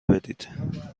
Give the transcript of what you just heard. بدید